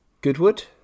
Goodwood